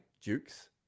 Dukes